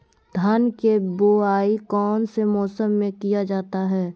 धान के बोआई कौन सी मौसम में किया जाता है?